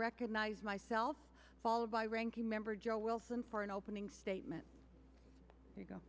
recognize myself followed by ranking member joe wilson for an opening statement to go